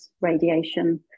radiation